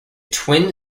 twin